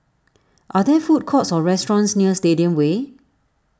are there food courts or restaurants near Stadium Way